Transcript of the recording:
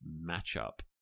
match-up